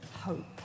hope